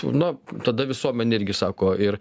na tada visuomenė irgi sako ir